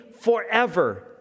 forever